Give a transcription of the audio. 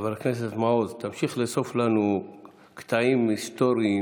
חבר הכנסת מעוז, תמשיך לאסוף לנו קטעים היסטוריים